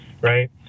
right